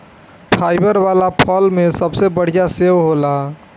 fibre वाला फल में सबसे बढ़िया सेव होला